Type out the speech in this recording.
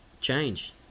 change